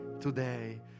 today